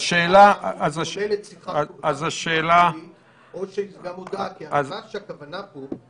מצב שאנחנו חושפים את כל חוק השב"כ לאיזון שונה ממה שהתכוון המחוקק.